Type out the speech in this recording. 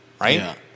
right